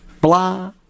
Blah